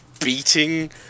beating